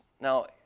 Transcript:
Now